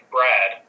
Brad